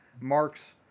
Mark's